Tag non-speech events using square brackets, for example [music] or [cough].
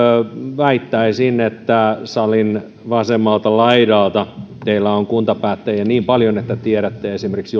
väittäisin että salin vasemmalla laidalla teillä on kuntapäättäjiä niin paljon että tiedätte esimerkiksi [unintelligible]